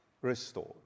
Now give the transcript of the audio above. restored